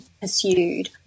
pursued